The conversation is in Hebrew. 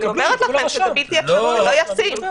אני אומרת לכם שזה בלתי אפשרי, זה לא ישים.